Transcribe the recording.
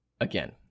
Again